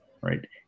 right